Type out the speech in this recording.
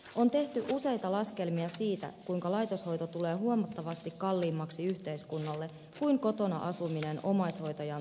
on tehty useita laskelmia siitä kuinka laitoshoito tulee huomattavasti kalliimmaksi yhteiskunnalle kuin kotona asuminen omaishoitajan turvin